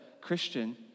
Christian